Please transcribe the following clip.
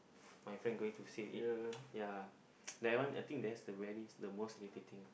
my friend going to say it ya that one I think that's the very the most irritating